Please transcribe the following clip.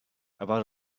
about